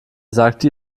sagte